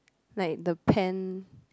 like the pen